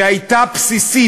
שהייתה בסיסית,